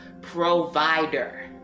Provider